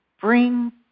bring